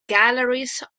galleries